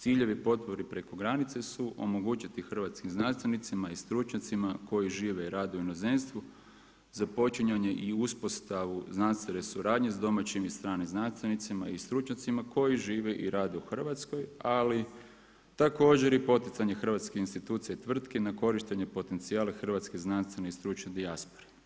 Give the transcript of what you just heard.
Ciljevi potpore preko granice su omogućiti hrvatskim znanstvenicima i stručnjacima koji žive i rade u inozemstvu započinjanje i uspostavu znanstvene suradnje sa domaćim i stranim znanstvenicima i stručnjacima koji žive i rade u Hrvatskoj, ali također i poticanje hrvatskih institucija i tvrtki na korištenje potencijala hrvatske i znanstvene stručne dijaspore.